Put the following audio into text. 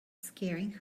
scaring